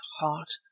heart